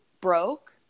broke